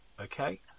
okay